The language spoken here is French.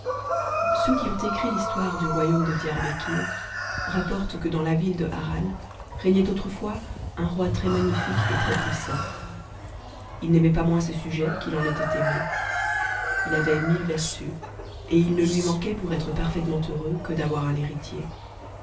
ceux qui ont écrit l'histoire du royaume de dyarbekir rapportent que dans la ville de harran régnait autrefois un roi très magnifique et trèspuissant h n'aimait pas moins ses sujets qu'it en était aimé il avait mille vertus et h ne lui manquait pour être parfaitement heureux que d'avoir un héritier